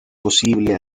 posible